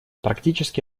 практически